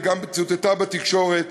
וגם צוטטה בתקשורת,